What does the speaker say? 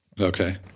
okay